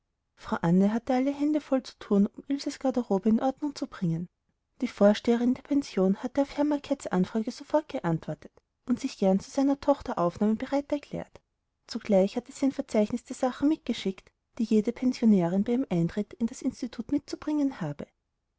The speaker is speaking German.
frau anne hatte alle hände voll zu thun um ilses garderobe in ordnung zu bringen die vorsteherin der pension hatte auf herrn mackets anfrage sofort geantwortet und sich gern zu seiner tochter aufnahme bereit erklärt zugleich hatte sie ein verzeichnis der sachen mitgeschickt die jede pensionärin bei ihrem eintritt in das institut mitzubringen habe